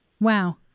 Wow